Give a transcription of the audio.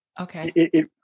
Okay